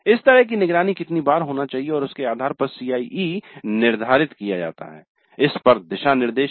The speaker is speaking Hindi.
इस तरह की निगरानी कितनी बार होनी चाहिए और उसके आधार पर CIE निर्धारित किया जाता है इस पर दिशानिर्देश हैं